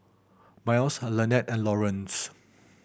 Myles Lanette and Lawrence